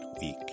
week